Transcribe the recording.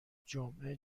جمعه